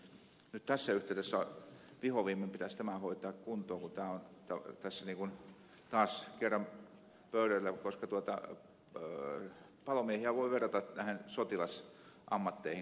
nyt tässä yhteydessä vihonviimein pitäisi tämä hoitaa kuntoon kun tämä on taas kerran pöydällä koska palomiehiä voi verrata näihin sotilasammatteihin